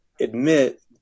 admit